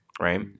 right